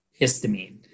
Histamine